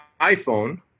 iPhone